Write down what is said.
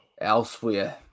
elsewhere